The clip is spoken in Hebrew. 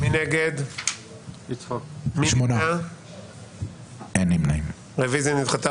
הרביזיה נדחתה.